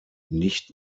nicht